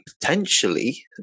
potentially